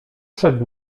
przed